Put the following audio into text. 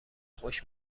خوش